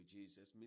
Jesus